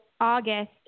August